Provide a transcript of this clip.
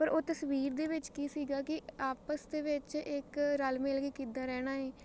ਪਰ ਉਹ ਤਸਵੀਰ ਦੇ ਵਿੱਚ ਕੀ ਸੀਗਾ ਕਿ ਆਪਸ ਦੇ ਵਿੱਚ ਇੱਕ ਰਲ ਮਿਲ ਕੇ ਕਿੱਦਾਂ ਰਹਿਣਾ ਹੈ